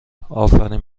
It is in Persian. آفرین